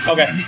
Okay